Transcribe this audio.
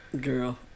girl